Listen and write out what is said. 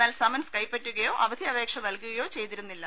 എന്നാൽ സമൻസ് കൈപ്പറ്റുകയോ അവധി അപേക്ഷ നൽകുകയോ ചെയ്തി രുന്നില്ല